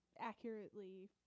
accurately